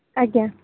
ଆଜ୍ଞା